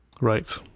Right